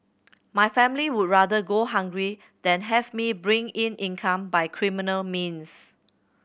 my family would rather go hungry than have me bring in income by criminal means